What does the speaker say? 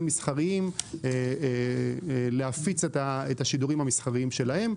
מסחריים להפיץ את השידורים המסחריים שלהם.